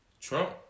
Trump